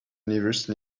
universe